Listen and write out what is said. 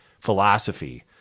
philosophy